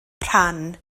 rhan